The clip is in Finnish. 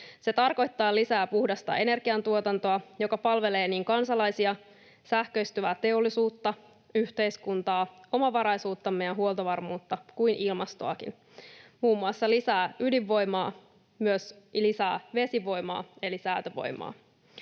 Se tarkoittaa lisää puhdasta energiantuotantoa, joka palvelee niin kansalaisia, sähköistyvää teollisuutta, yhteiskuntaa, omavaraisuuttamme ja huoltovarmuutta kuin ilmastoakin: muun muassa lisää ydinvoimaa, myös lisää vesivoimaa eli säätövoimaa,